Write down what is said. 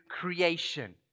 creation